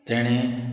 जेणें